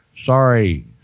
Sorry